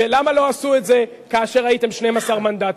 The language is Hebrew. למה לא עשו את זה כאשר הייתם 12 מנדטים,